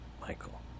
Michael